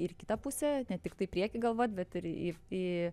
ir į kitą pusę ne tiktai į priekį galvot bet ir į į